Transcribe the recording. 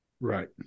Right